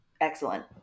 excellent